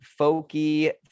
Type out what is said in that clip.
folky